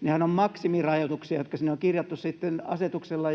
Nehän ovat maksimirajoituksia, jotka sinne on kirjattu sitten asetuksella